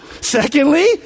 Secondly